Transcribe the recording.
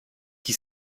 qui